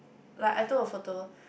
like I took a photo